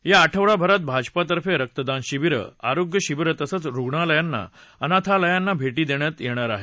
या आठवडाभरात भाजपातर्फे रक्तदान शिबिरं आरोग्य शिबिरं तसंच रुग्णालयांना अनाथालयांना भेटी देण्यात येणार आहेत